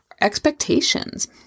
expectations